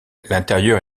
l’intérieur